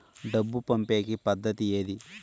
డబ్బు పంపేకి పద్దతి ఏది